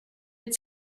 had